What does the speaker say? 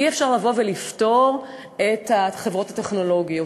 אי-אפשר לבוא ולפטור את חברות הטכנולוגיה.